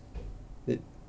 it